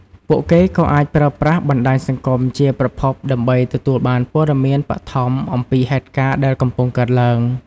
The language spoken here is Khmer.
ពួកគេក៏អាចប្រើប្រាស់បណ្តាញសង្គមជាប្រភពដើម្បីទទួលបានព័ត៌មានបឋមអំពីហេតុការណ៍ដែលកំពុងកើតឡើង។